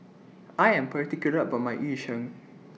I Am particular about My Yu Sheng